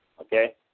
Okay